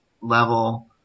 level